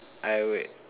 I would